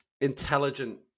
intelligent